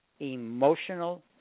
emotional